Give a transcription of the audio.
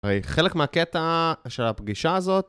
חלק מהקטע של הפגישה הזאת.